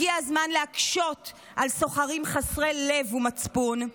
הגיע הזמן להקשות על סוחרים חסרי לב ומצפון.